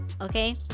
okay